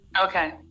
Okay